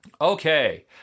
Okay